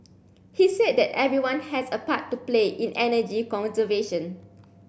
he said that everyone has a part to play in energy conservation